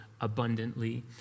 abundantly